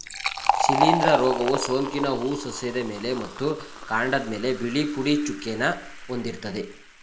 ಶಿಲೀಂಧ್ರ ರೋಗವು ಸೋಂಕಿತ ಹೂ ಸಸ್ಯದ ಎಲೆ ಮತ್ತು ಕಾಂಡದ್ಮೇಲೆ ಬಿಳಿ ಪುಡಿ ಚುಕ್ಕೆನ ಹೊಂದಿರ್ತದೆ